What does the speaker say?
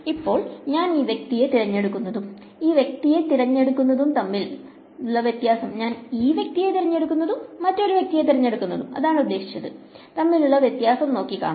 ഇപ്പോൾ ഞാൻ ഈ വ്യക്തിയെ തിരഞ്ഞെടുക്കുന്നതും ഈ വ്യക്തിയെ തിരഞ്ഞെടുക്കുന്നതും തമ്മിൽ ഉള്ള വ്യത്യാസം നോക്കി കാണാം